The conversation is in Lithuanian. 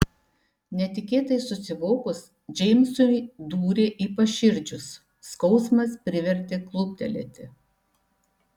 netikėtai susivokus džeimsui dūrė į paširdžius skausmas privertė kluptelėti